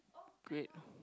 great